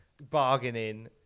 bargaining